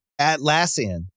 Atlassian